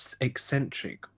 eccentric